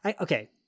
okay